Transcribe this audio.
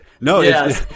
No